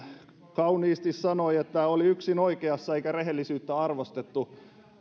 kauniisti sanoi että oli yksin oikeassa eikä rehellisyyttä arvostettu